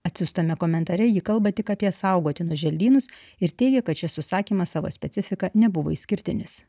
atsiųstame komentare ji kalba tik apie saugotinus želdynus ir teigia kad šis užsakymas savo specifika nebuvo išskirtinis